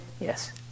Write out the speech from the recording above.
Yes